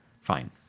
fine